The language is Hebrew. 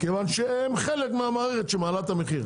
כיוון שהם חלק מהמערכת שמעלה את המחיר,